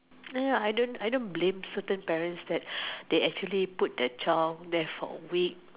ya I don't I don't blame certain parents that they actually put their child there for a week